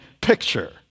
picture